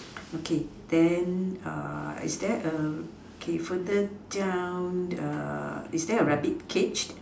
okay then is there a further down is there a rabbit cage